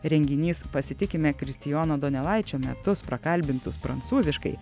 renginys pasitikime kristijono donelaičio metus prakalbintus prancūziškai